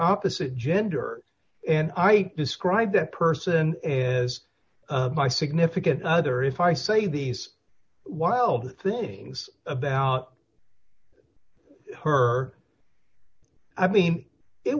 opposite gender and i describe that person as my significant other if i say these wild things about her i mean it